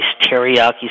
teriyaki